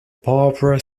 barbara